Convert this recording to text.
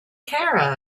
care